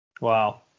Wow